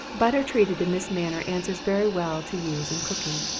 butter treated in this manner answers very well to use in cooking.